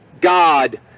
God